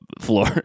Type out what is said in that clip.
floor